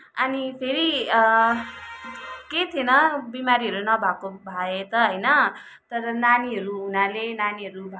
अनि फेरि केही थिएन बिमारीहरू नभएको भाए त होइन तर नानीहरू हुनाले नानीहरू भएको